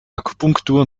akupunktur